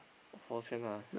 of course can lah